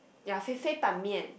ya 肥肥板面